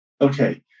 Okay